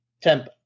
tempo